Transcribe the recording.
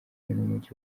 n’umujyi